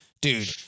dude